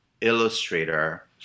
illustrator